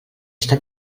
està